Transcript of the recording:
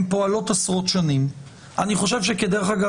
חס וחלילה, נפטר.